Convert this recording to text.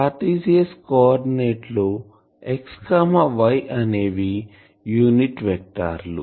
Cartesian coordinate లో XY అనేవి unit వెక్టర్లు